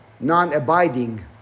Non-abiding